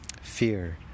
fear